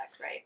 right